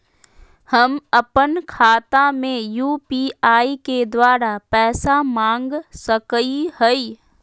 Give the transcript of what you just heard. हम अपन खाता में यू.पी.आई के द्वारा पैसा मांग सकई हई?